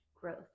growth